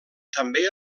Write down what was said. també